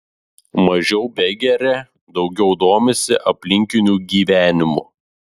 mažiau begeria daugiau domisi aplinkiniu gyvenimu